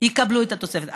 יקבלו את התוספת.